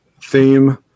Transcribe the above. theme